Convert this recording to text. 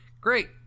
Great